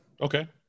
Okay